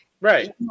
Right